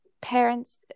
parents